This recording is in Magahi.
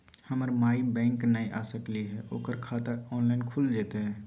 हमर माई बैंक नई आ सकली हई, ओकर खाता ऑनलाइन खुल जयतई?